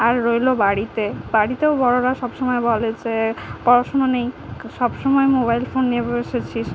আর রইল বাড়িতে বাড়িতেও বড়রা সবসময় বলে যে পড়াশুনো নেই সবসময় মোবাইল ফোন নিয়ে বসেছিস